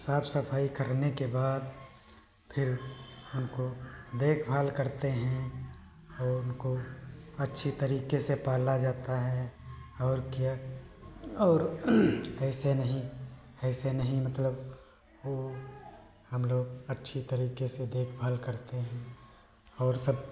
साफ़ सफ़ाई करने के बाद फिर उनकी देखभाल करते हैं और उनको अच्छे तरीके से पाला जाता है और क्या और ऐसे नहीं ऐसे नहीं मतलब वह हमलोग अच्छे तरीके से देखभाल करते हैं और सब